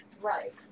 Right